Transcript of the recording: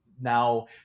now